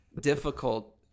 difficult